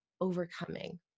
overcoming